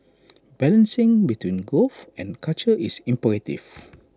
balancing between growth and culture is imperative